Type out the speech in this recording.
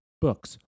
books